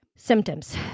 symptoms